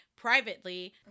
privately